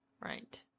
right